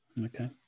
Okay